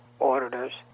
auditors